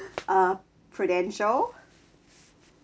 uh prudential